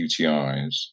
UTIs